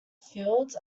fields